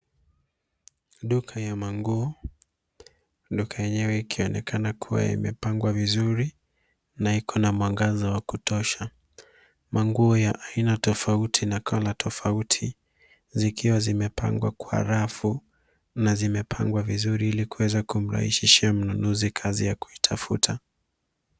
Duka ya manguo yenyewe ikionekana kuwa imepangwa vizuri na iko na mwangaza wa kutosha, manguo ya aina tofauti na[ colour ]tofauti zikiwa zimepangwa kwa rafu na zimepangwa vizuri ili kuweza kumrahisishia mnunuzi kazi ya kuitafuta.